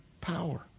power